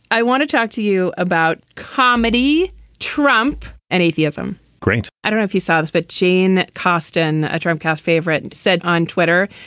i want to talk to you about comedy trump and atheists. i'm great. i don't know if you saw this but gene kostin a trump cast favorite said on twitter.